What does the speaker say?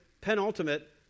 Penultimate